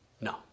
No